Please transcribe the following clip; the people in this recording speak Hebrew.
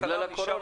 זה בגלל הקורונה.